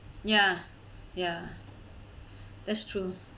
ya ya that's true